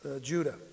Judah